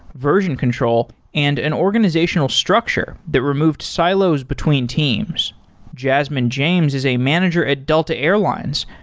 version control and an organizational structure that removed silos between teams jasmine james is a manager at delta airlines,